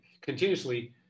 continuously